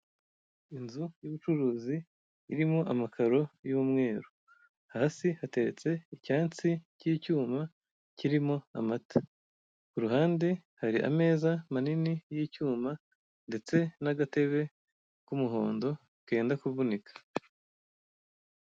Inzu y'ubucuruzi irimo amakaro y'umweru, hasi hateretse icyansi k'icyuma kirimo amata, ku ruhande hari ameza manini y'icyuma ndetse n'agatebe k'umuhondo kenda kuvunika.